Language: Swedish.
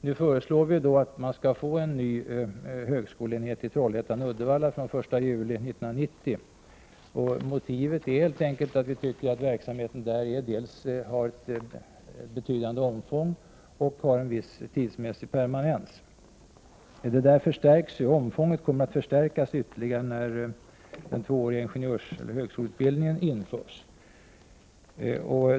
Nu föreslår vi att det skall bli en ny högskoleenhet i Trollhättan-Uddevalla från den 1 juli 1990. Motivet är helt enkelt att vi tycker att verksamheten har ett betydande omfång och har en viss tidsmässig permanens. Omfånget kommer att förstärkas ytterligare när den tvååriga ingenjörshögskoleutbildningen införs.